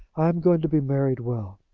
i am going to be married well.